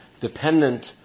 dependent